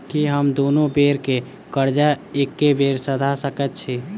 की हम दुनू बेर केँ कर्जा एके बेर सधा सकैत छी?